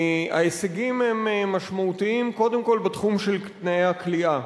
ההישגים הם משמעותיים קודם כול בתחום של תנאי הכליאה.